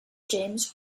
james